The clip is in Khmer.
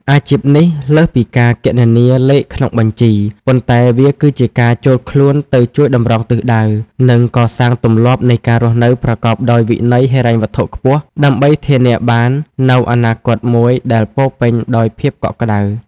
អាជីពនេះលើសពីការគណនាលេខក្នុងបញ្ជី ប៉ុន្តែវាគឺជាការចូលខ្លួនទៅជួយតម្រង់ទិសដៅ និងកសាងទម្លាប់នៃការរស់នៅប្រកបដោយវិន័យហិរញ្ញវត្ថុខ្ពស់ ដើម្បីធានាបាននូវអនាគតមួយដែលពោរពេញដោយភាពកក់ក្ដៅ។